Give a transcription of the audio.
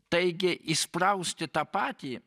taigi įsprausti tą patį